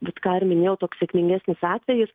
vat ką ir minėjau toks sėkmingesnis atvejis